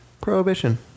Prohibition